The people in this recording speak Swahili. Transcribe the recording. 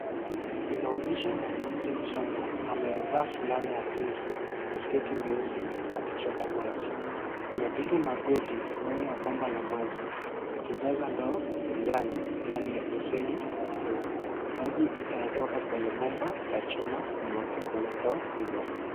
Inaonyesha mwanamke mchanga amevaa fulana ya pinki na sketi nyeusi akichota maji . Amepiga magoti mbele ya bomba la maji akijaza ndoo ya njano ndani ya beseni ya blu . Maji yanatoka kwenye bomba la chuma kumwagika kwenye ndoo hilo.